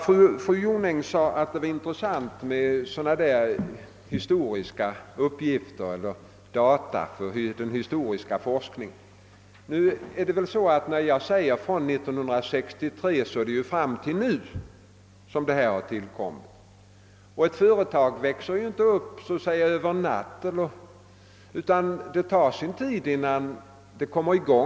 Fru Jonäng sade att det var intressant med data för den historiska forskningen. När jag talar om utvecklingen är det dock från 1963 fram till nu som lokalisering av företag har förekommit. Ett företag växer inte upp över en natt, utan det tar sin tid innan det kommer i gång.